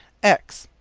ex.